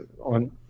on